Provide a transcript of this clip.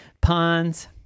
ponds